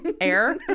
air